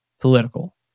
political